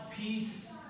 peace